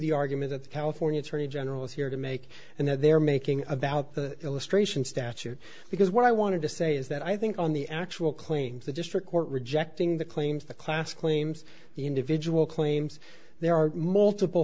the argument that the california attorney general is here to make and they're making about the illustration statute because what i wanted to say is that i think on the air actual claims the district court rejecting the claims the class claims the individual claims there are multiple